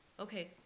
Okay